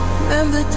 remember